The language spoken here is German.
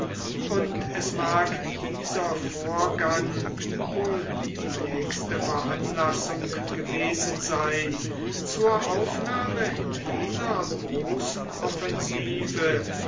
und es mag dieser vorgang wohl die nächste veranlassung gewesen sein zur aufnahme jener großen offensive